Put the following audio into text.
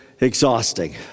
exhausting